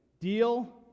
deal